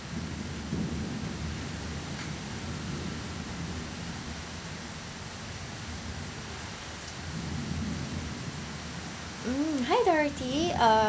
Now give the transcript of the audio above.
mm hi dorothy uh